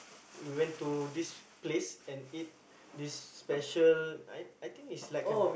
we went to this place and eat this special I think it's like a